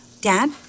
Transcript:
Dad